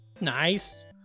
Nice